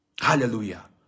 hallelujah